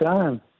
time